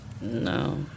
No